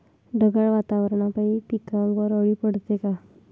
ढगाळ वातावरनापाई पिकावर अळी पडते का?